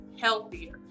healthier